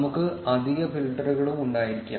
നമുക്ക് അധിക ഫിൽട്ടറുകളും ഉണ്ടായിരിക്കാം